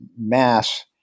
mass